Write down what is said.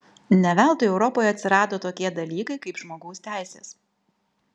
ne veltui europoje atsirado tokie dalykai kaip žmogaus teisės